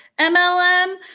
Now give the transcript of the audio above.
mlm